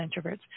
introverts